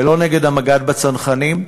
ולא נגד המג"ד בצנחנים,